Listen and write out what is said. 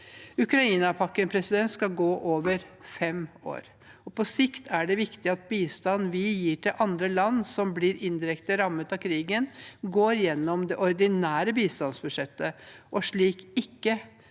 Ukraina-pakken skal gå over fem år. På sikt er det viktig at bistand vi gir til land som blir indirekte rammet av krigen, går gjennom det ordinære bistandsbudsjettet, og slik ikke